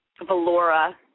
Valora